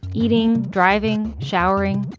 eating, driving, showering,